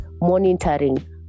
monitoring